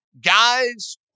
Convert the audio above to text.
Guys